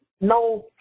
no